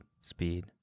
speed